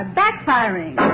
backfiring